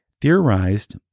theorized